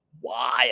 wild